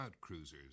cruisers